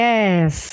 Yes